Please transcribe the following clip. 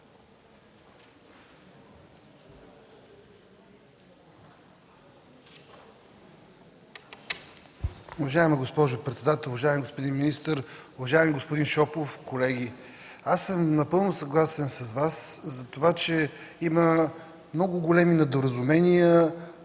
Уважаема госпожо председател, уважаеми господин министър, уважаеми господин Шопов, колеги! Напълно съм съгласен с Вас за това, че има много големи недоразумения,